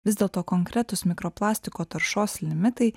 vis dėlto konkretūs mikroplastiko taršos limitai